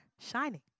shining